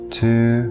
two